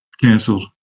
cancelled